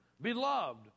beloved